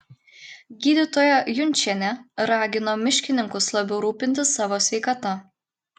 gydytoja junčienė ragino miškininkus labiau rūpintis savo sveikata